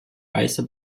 weiße